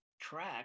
track